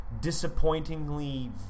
disappointingly